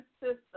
system